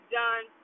done